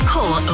Call